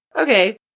Okay